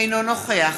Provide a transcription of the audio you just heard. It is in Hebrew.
אינו נוכח